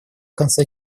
конце